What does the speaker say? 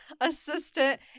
assistant